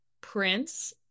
Prince